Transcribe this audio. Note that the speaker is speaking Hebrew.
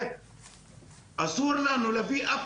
אסור לנו להביא,